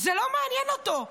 זה לא מעניין אותו.